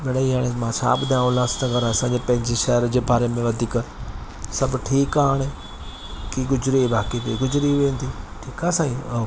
मिड़ई ही हाणे मां छा ॿुधायाव उल्हासनगर असां जे पंहिंजे शहर जे बारे में वधीक सभु ठीक आहे हाणे की गुज़रे बाक़ी बि गुज़िरी वेंदी ठीक आ साईं ओके